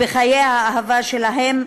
בחיי האהבה שלהם,